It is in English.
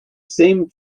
same